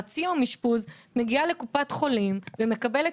חצי יום אשפוז מגיעה לקופת חולים ומקבלת